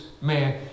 man